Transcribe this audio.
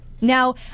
Now